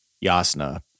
Yasna